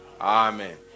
amen